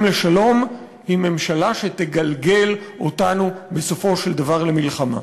לשלום היא ממשלה שתגלגל אותנו בסופו של דבר למלחמה.